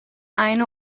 eine